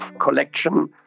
collection